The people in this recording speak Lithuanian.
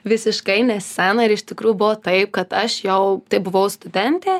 visiškai ne scena ir iš tikrųjų buvo taip kad aš jau buvau studentė